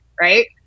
right